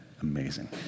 amazing